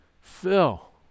Phil